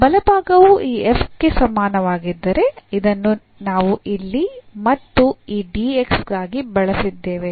ಬಲಭಾಗವು ಈ ಗೆ ಸಮನಾಗಿರುತ್ತದೆ ಇದನ್ನು ನಾವು ಇಲ್ಲಿ ಮತ್ತು ಈ dxಗಾಗಿ ಬಳಸಿದ್ದೇವೆ